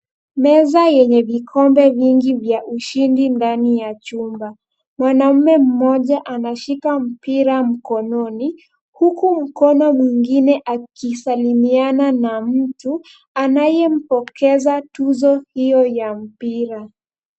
Meza yenye vikombe vingi vya ushindi ndani ya chumba. Mwanamume mmoja anashika mpira mkononi huku mkono mwingine akisalimiana na mtu anayempokeza tuzo hiyo ya mpira.